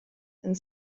and